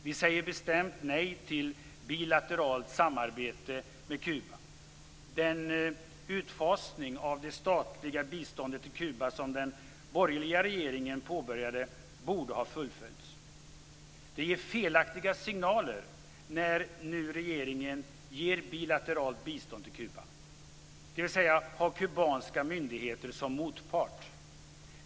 Vi säger bestämt nej till bilateralt samarbete med Kuba. Den utfasning av det statliga biståndet till Kuba, som den borgerliga regeringen påbörjade borde ha fullföljts. Det ger felaktiga signaler när regeringen nu ger bilateralt bistånd till Kuba, dvs. har kubanska myndigheter som motpart.